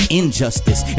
injustice